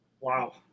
Wow